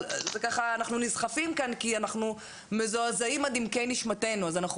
אבל אנחנו נסחפים כאן כי אנחנו מזועזעים עד עמקי נשמתנו אז אנחנו